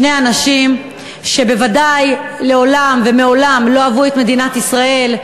שני אנשים שבוודאי מעולם לא אהבו את מדינת ישראל,